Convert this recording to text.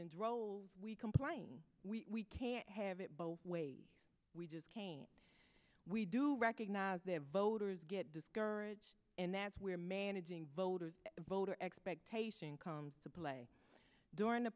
and rolls we complain we can't have it both ways we just came we do recognize their voters get discouraged and that's where managing voters voter expectation comes to play during